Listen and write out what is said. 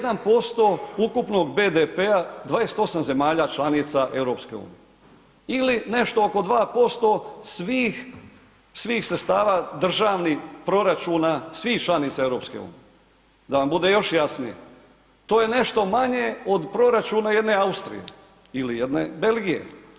1% ukupnog BDP-a 28 zemalja članica EU ili nešto oko 2% svih sredstava državnih proračuna, svih članica EU, da vam bude još jasnije, to je nešto manje od proračuna jedne Austrije ili jedne Belgije.